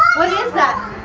what is that?